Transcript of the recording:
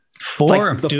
four